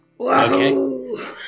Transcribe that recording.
Okay